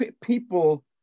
people